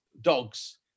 dogs